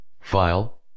file